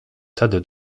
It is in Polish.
tedy